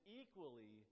equally